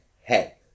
hey